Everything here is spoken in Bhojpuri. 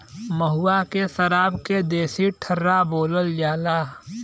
महुआ के सराब के देसी ठर्रा बोलल जाला